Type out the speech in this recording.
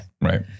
Right